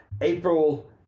April